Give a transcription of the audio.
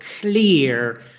clear